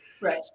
Right